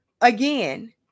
again